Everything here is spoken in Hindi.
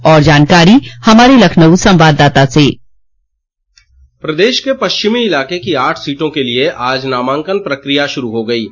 और जानकारी हमारे लखनऊ संवाददाता से प्रदेश के पश्चिमी इलाके की आठ सीटों के लिए आज नामांकन प्रक्रिया शुरू हो गयी है